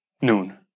noon